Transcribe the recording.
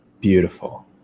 Beautiful